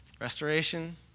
restoration